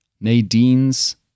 Nadine's